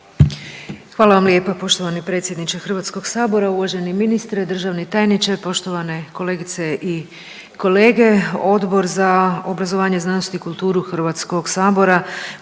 Hvala vam lijepa poštovani predsjedniče HS-a, uvaženi ministre, državni tajniče, poštovane kolegice i kolege. Odbor za obrazovanje, znanost i kulturu HS-a Konačni